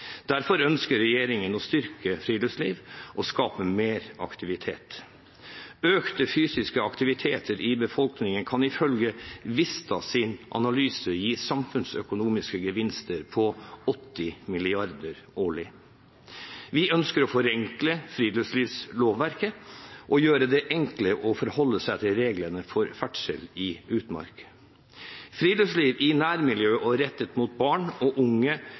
Derfor ønsker regjeringen å styrke friluftslivet og skape mer aktivitet. Økt fysisk aktivitet i befolkningen kan ifølge Vista Analyses rapport gi samfunnsøkonomiske gevinster på 80 mrd. kr årlig. Vi ønsker å forenkle friluftslivslovverket og gjøre det enklere å forholde seg til reglene for ferdsel i utmark. Friluftsliv i nærmiljøet og rettet mot barn og unge